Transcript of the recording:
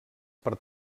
per